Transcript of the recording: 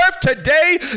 today